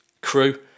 Crew